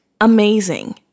amazing